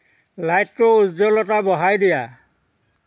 লাইটটোৰ উজ্জ্বলতা বঢ়াই দিয়া